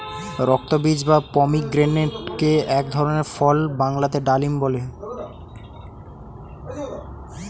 রক্তবীজ বা পমিগ্রেনেটক এক ধরনের ফল বাংলাতে ডালিম বলে